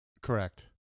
Correct